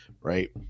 right